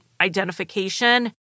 identification